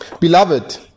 Beloved